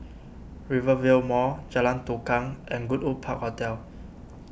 Rivervale Mall Jalan Tukang and Goodwood Park Hotel